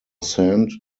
sand